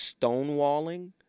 stonewalling